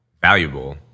valuable